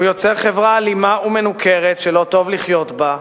הוא יוצר חברה אלימה ומנוכרת שלא טוב לחיות בה,